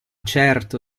certo